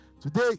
Today